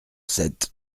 sept